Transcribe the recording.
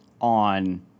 on